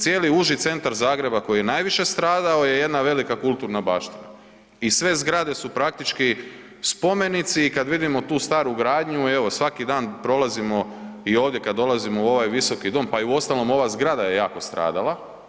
Cijeli uži centar Zagreba koji je najviše stradao je jedna velika kulturna baština i sve zgrade su praktički spomenici i kad vidimo tu staru gradnju, evo, svaki dan prolazimo i ovdje kad dolazimo u ovaj Visoki dom, pa i uostalom, ova zgrada je jako stradala.